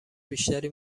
بیشتری